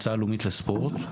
למועצה הלאומית לספורט,